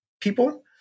people